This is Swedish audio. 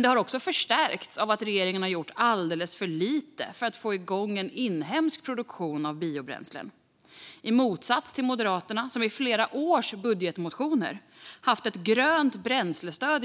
Det har förstärkts av att regeringen gjort alldeles för lite för att få igång en inhemsk produktion av biobränslen - i motsats till Moderaterna, som i flera års budgetmotioner haft ett grönt bränslestöd